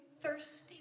thirsty